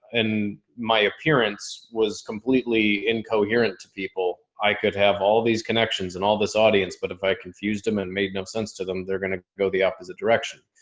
and my appearance was completely incoherent to people. i could have all these connections and all this audience, but if i confused him and made no sense to them, they're gonna go the opposite direction.